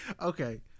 Okay